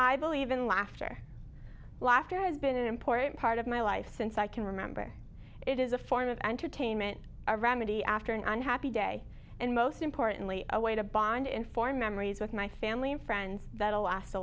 i believe in laughter laughter has been an important part of my life since i can remember it is a form of entertainment a remedy after an unhappy day and most importantly a way to bond and for memories with my family and friends that'll last a